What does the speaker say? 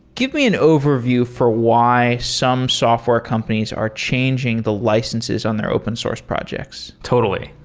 give me an overview for why some software companies are changing the licenses on their open source projects totally.